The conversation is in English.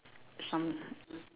some